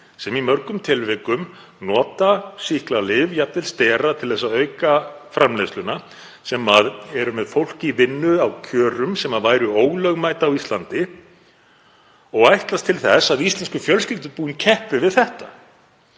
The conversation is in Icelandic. sem í mörgum tilvikum nota sýklalyf, jafnvel stera, til að auka framleiðsluna og sem eru með fólk í vinnu á kjörum sem væru ólögmæt á Íslandi og ætlast til þess að íslensku fjölskyldubúin keppi við þetta.